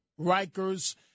Rikers